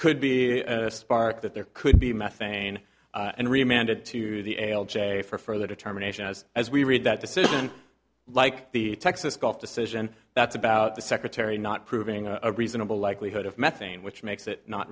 could be a spark that there could be methane and reminded to the ale j for further determination as as we read that decision like the texas gulf decision that's about the secretary not proving a reasonable likelihood of methane which makes it not